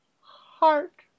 Heart